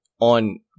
on